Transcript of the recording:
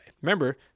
Remember